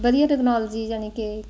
ਵਧੀਆ ਟੈਕਨੋਲਜੀ ਯਾਨੀ ਕਿ